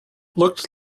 looked